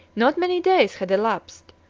not many days had elapsed,